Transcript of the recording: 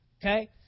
okay